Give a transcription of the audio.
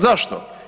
Zašto?